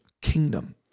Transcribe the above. kingdom